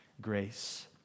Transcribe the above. grace